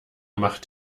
macht